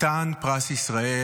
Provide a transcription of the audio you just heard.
חתן פרס ישראל,